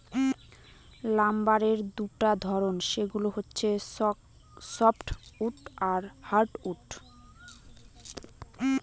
লাম্বারের দুটা ধরন, সেগুলো হচ্ছে সফ্টউড আর হার্ডউড